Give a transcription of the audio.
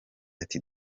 ati